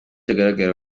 hagaragara